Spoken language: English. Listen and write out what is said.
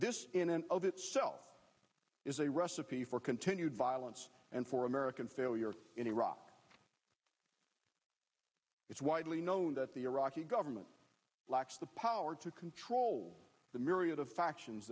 this in and of itself is a recipe for continued violence and for american failure in iraq it's widely known that the iraqi government lacks the power to control the myriad of factions